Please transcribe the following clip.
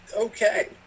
okay